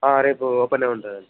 రేపు ఓపెనయి ఉంటుంది